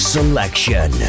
Selection